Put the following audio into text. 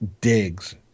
digs